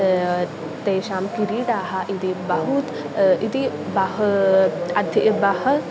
तेषां किरीटाः इति बहु इति बहु अति बहु